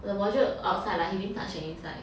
the wardrobe outside lah he didn't touch the inside